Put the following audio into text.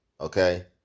okay